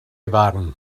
farn